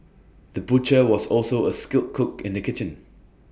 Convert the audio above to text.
the butcher was also A skilled cook in the kitchen